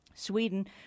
Sweden